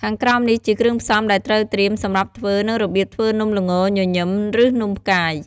ខាងក្រោមនេះជាគ្រឿងផ្សំដែលត្រូវត្រៀមសម្រាប់ធ្វើ និងរបៀបធ្វើនំល្ងញញឹម ឬនំផ្កាយ។